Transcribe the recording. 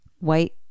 white